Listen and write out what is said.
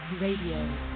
Radio